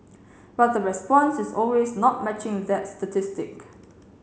but the response is always not matching that statistic